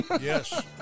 Yes